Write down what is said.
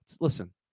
listen